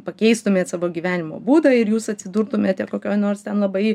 pakeistumėt savo gyvenimo būdą ir jūs atsidurtumėte kokioj nors ten labai